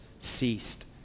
ceased